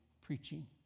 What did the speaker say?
preaching